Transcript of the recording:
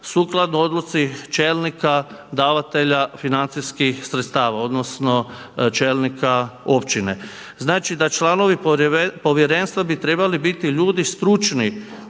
sukladno odluci čelnika davatelja financijskih sredstava odnosno čelnika općine. Znači da članovi povjerenstva bi trebali biti ljudi stručni